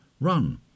run